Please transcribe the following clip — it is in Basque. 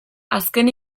azken